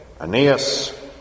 Aeneas